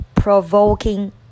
provoking